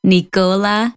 Nicola